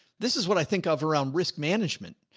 this is what i think of around risk management.